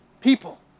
people